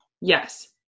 Yes